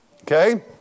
Okay